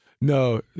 No